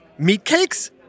meatcakes